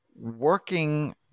Working